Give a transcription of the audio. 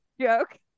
joke